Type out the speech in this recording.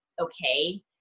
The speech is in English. okay